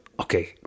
Okay